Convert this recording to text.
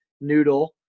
noodle